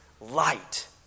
light